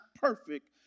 perfect